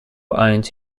owed